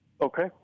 Okay